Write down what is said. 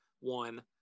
one